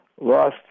lost